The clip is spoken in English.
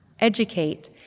educate